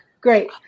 Great